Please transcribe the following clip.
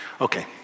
Okay